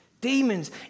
Demons